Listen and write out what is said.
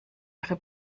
ihre